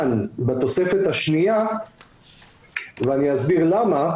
בתוספת השנייה ואני אסביר למה.